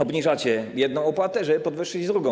Obniżacie jedną opłatę, żeby podwyższyć drugą.